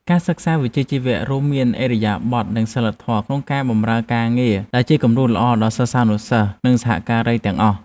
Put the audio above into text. ការសិក្សាវិជ្ជាជីវៈរួមមានឥរិយាបថនិងសីលធម៌ក្នុងការបម្រើការងារដែលជាគំរូដ៏ល្អដល់សិស្សានុសិស្សនិងសហការីទាំងអស់។